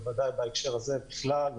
בוודאי בהקשר הזה בכלל,